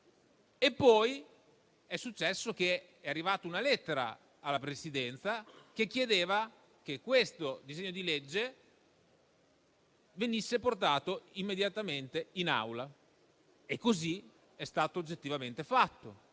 più persone. Poi è arrivata una lettera alla Presidenza che chiedeva che questo disegno di legge venisse portato immediatamente in Aula e così è stato oggettivamente fatto.